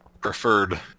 preferred